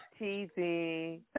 TV